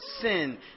sin